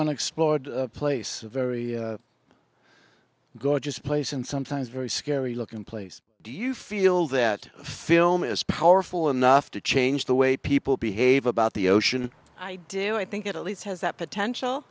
on explored place very gorgeous place and sometimes very scary looking place do you feel that film is powerful enough to change the way people behave about the ocean i do i think it at least has that potential